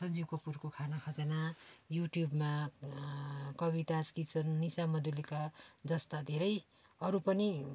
सन्जीभ कपुरको खाना खजाना युट्युबमा कवितास किचन निसा मधुलिका जस्ता धेरै अरू पनि